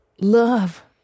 Love